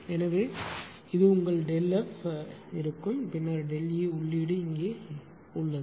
எனவே இது உங்கள் ΔF சரியானதாக இருக்கும் பின்னர் ΔE உள்ளீடு இங்கே உள்ளது